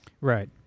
Right